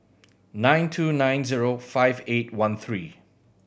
nine two nine zero five eight one three